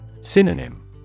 Synonym